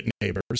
neighbors